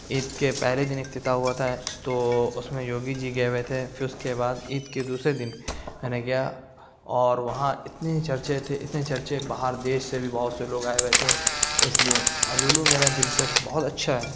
عید کے پہلے دن افتتاح ہوا تھا تو اس میں یوگی جی گئے ہوئے تھے پھر اس کے بعد عید کے دوسرے دن میں نے گیا اور وہاں اتنے چرچے تھے اتنے چرچے باہر دیش سے بھی بہت سے لوگ آئے ہوئے تھے اس لیے اور لولو میرا دلچسپ بہت اچھا ہے